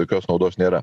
jokios naudos nėra